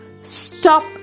stop